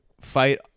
fight